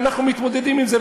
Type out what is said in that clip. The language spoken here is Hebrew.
ואנחנו מתמודדים עם זה,